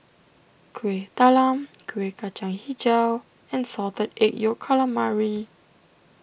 Kuih Talam Kueh Kacang HiJau and Salted Egg Yolk Calamari